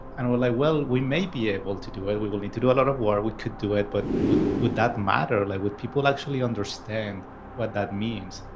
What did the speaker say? and we're like, well, we may be able to do it. we will need to do a lot of work. we could do it. but would would that matter? like would people actually understand what that means?